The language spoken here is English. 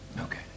Okay